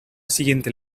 siguiente